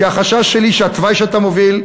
כי החשש שלי הוא שהתוואי שאתה מוביל: